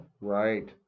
Right